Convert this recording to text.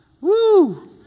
Woo